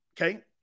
Okay